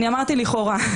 אמרתי לכאורה.